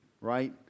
right